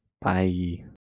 Bye